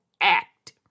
Act